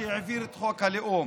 העביר את חוק הלאום,